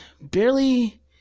barely